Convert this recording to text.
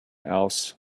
else